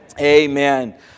Amen